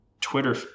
Twitter